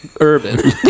Urban